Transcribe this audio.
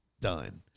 done